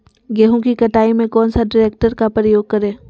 गेंहू की कटाई में कौन सा ट्रैक्टर का प्रयोग करें?